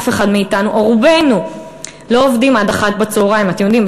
אף אחד מאתנו או רובנו לא עובדים עד 13:00. אתם יודעים,